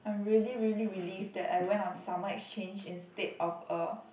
I'm really really relieved that I went on summer exchange instead of a